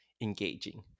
engaging